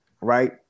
right